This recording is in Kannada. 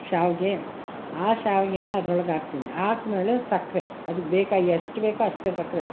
ಶಾವಿಗೆ ಆ ಶಾವಿಗೆನ ಅದರೊಳಗಾಕ್ತೀನಿ ಹಾಕ್ಮೇಲೆ ಸಕ್ಕರೆ ಅದಕ್ಕೆ ಬೇಕಾಗಿ ಎಷ್ಟು ಬೇಕೋ ಅಷ್ಟೇ ಸಕ್ಕರೆ